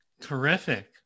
Terrific